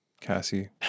Cassie